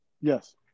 yes